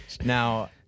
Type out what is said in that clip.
Now